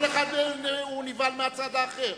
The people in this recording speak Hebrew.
כל אחד נבהל מהצד האחר.